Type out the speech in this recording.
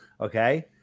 okay